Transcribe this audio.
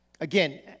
Again